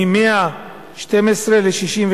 מ-112 ל-68.